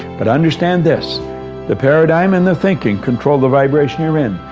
but understand this the paradigm and the thinking control the vibration you're in,